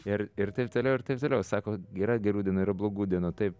ir ir taip toliau ir taip toliau sako yra gerų dienų yra blogų dienų taip